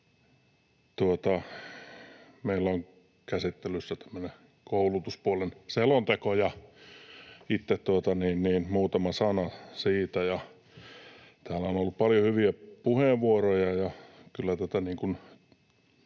Meillä on käsittelyssä tämmöinen koulutuspuolen selonteko, ja itseltänikin muutama sana siitä: Täällä on ollut paljon hyviä puheenvuoroja,